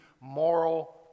moral